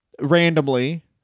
randomly